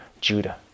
Judah